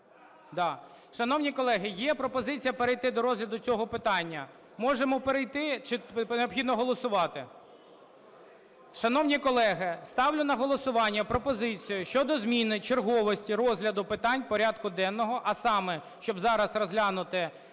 Да. Шановні колеги, є пропозиція перейти до розгляду цього питання. Можемо перейти чи необхідно голосувати? Шановні колеги, ставлю на голосування пропозицію щодо зміни черговості розгляду питань порядку денного, а саме, щоб зараз розглянути